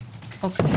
הם לא נמצאים.